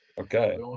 okay